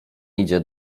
idzie